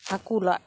ᱦᱟᱠᱩ ᱞᱟᱫ